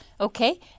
okay